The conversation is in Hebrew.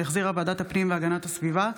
שהחזירה ועדת הפנים והגנת הסביבה.